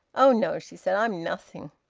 oh no! she said. i'm nothing.